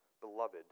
beloved